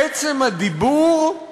עצם הדיבור,